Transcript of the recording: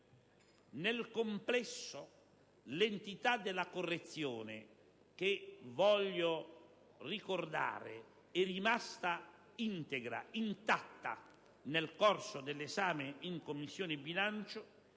Nel complesso, l'entità della correzione - che, voglio ricordare, è rimasta intatta nel corso dell'esame in Commissione bilancio